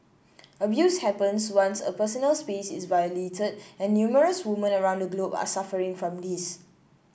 abuse happens once a personal space is violated and numerous woman around the globe are suffering from this